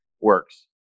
works